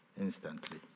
instantly